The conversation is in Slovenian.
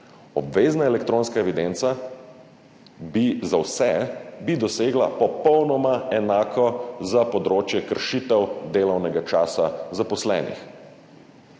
Obvezna elektronska evidenca bi za vse dosegla popolnoma enako tudi za področje kršitev delovnega časa zaposlenih.